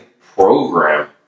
program